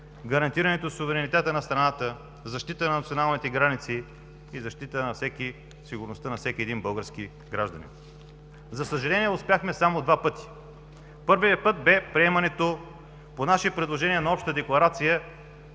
гарантиране суверенитета на страната, защита на националните граници и защита сигурността на всеки един български гражданин. За съжаление, успяхме само два пъти. Първият път бе приемането, по наше предложение, на обща Декларация,